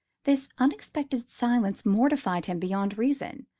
this unexpected silence mortified him beyond reason,